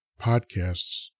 podcasts